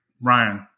Ryan